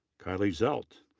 kylie zelt,